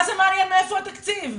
מה זה מעניין מאיפה התקציב?